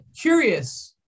curious